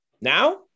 now